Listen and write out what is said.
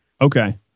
Okay